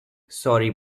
sorry